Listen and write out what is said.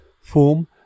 form